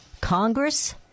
Congress